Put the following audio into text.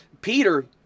Peter